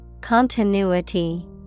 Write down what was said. Continuity